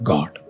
God